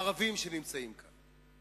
הערבים שנמצאים כאן,